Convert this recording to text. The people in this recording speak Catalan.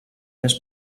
més